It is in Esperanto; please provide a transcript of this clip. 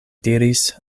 diris